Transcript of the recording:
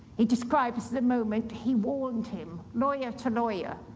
he describes the moment he warned him, lawyer to lawyer,